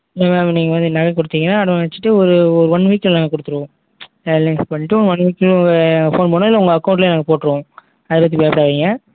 இல்லை மேம் நீங்கள் வந்து நகை கொடுத்தீங்கன்னா அடமானம் வெச்சுட்டு ஒரு ஓ ஒன் வீக்கில் நாங்கள் கொடுத்துருவோம் பண்ணிவிட்டு ஒன் வீக்கில் ஃபோன் பண்ணுவோம் இல்லை உங்கள் அக்கௌண்டில் நாங்கள் போட்டுருவோம் அதை பற்றி பயப்படாதீங்க